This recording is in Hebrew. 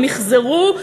ומחזרו,